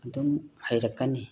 ꯑꯗꯨꯝ ꯍꯩꯔꯛꯀꯅꯤ